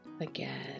Again